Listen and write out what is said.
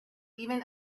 even